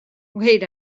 wait